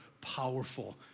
powerful